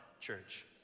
church